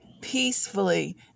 peacefully